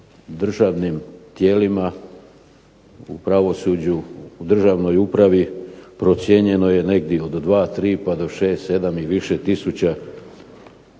u državnim tijelima u pravosuđu u državnoj upravi procijenjeno je negdje od 2, 3 pa do 6, 7 i više tisuća